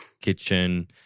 kitchen